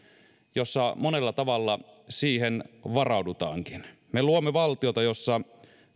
jossa monella tavalla siihen varaudutaankin me luomme valtiota jossa